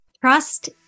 Trust